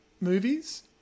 movies